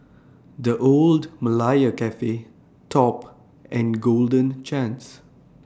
The Old Malaya Cafe Top and Golden Chance